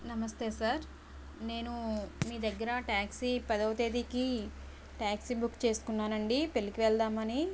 నమస్తే సార్ నేను మీ దగ్గర ట్యాక్సీ పదవ తేదీకి ట్యాక్సీ బుక్ చేసుకున్నానండి పెళ్ళికి వెళ్దామని